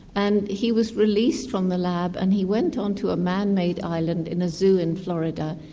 and he was released from the lab and he went on to a man-made island in a zoo in florida.